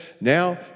now